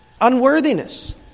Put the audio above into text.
unworthiness